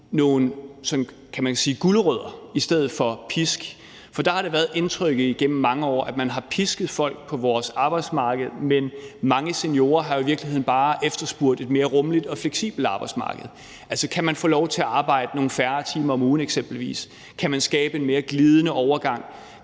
sige, gulerødder i stedet for pisk. For det har været indtrykket igennem mange år, at man har pisket folk på vores arbejdsmarked, men mange seniorer har i virkeligheden bare efterspurgt et mere rummeligt og fleksibelt arbejdsmarked. Altså, kan man eksempelvis få lov til at arbejde nogle færre timer om ugen? Kan man skabe en mere glidende overgang?